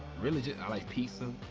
really just. i like pizza.